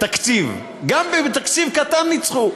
גם בתקציב קטן ניצחו.